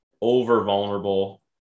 over-vulnerable